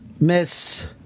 Miss